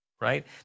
right